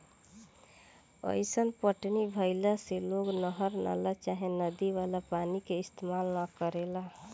अईसन पटौनी भईला से लोग नहर, नाला चाहे नदी वाला पानी के इस्तेमाल न करेला